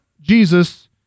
Jesus